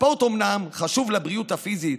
הספורט אומנם חשוב לבריאות הפיזית,